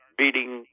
beating